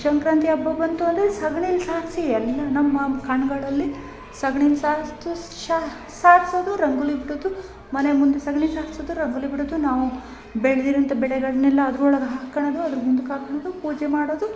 ಸಂಕ್ರಾಂತಿ ಹಬ್ಬ ಬಂತು ಅಂದರೆ ಸಗ್ಣಿಲಿ ಸಾರಿಸಿ ಎಲ್ಲ ನಮ್ಮ ಕಣ್ಗಳಲ್ಲಿ ಸಗ್ಣೀನ ಸಾರಿಸ್ತು ಶಾ ಸಾರಿಸೋದು ರಂಗೋಲಿ ಬಿಡೋದು ಮನೆ ಮುಂದೆ ಸಗಣಿ ಸಾರಿಸೋದು ರಂಗೋಲಿ ಬಿಡೋದು ನಾವು ಬೆಳ್ದಿರೋಂಥ ಬೆಳೆಗಳನೆಲ್ಲ ಅದ್ರೊಳಗೆ ಹಾಕೋಣದು ಅದ್ರ ಮುಂದಕ್ ಹಾಕೊಣದು ಪೂಜೆ ಮಾಡೋದು